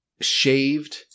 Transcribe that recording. shaved